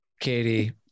Katie